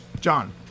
John